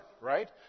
right